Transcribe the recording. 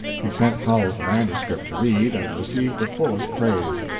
he sent howells the manuscript to read, and received the fullest praise.